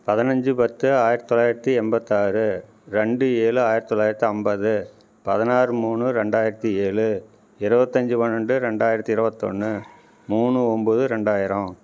பதினைஞ்சி பத்து ஆயிரத்து தொள்ளாயிரத்து எண்பத்தாறு ரெண்டு ஏழு ஆயிரத்து தொள்ளாயிரத்து ஐம்பது பதினாறு மூணு ரெண்டாயிரத்து ஏழு இருபத்தஞ்சி பன்னெண்டு ரெண்டாயிரத்து இருபத்து ஒன்று மூணு ஒம்பது ரெண்டாயிரம்